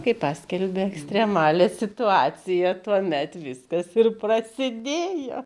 kai paskelbė ekstremalią situaciją tuomet viskas ir prasidėjo